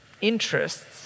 interests